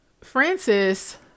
Francis